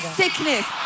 sickness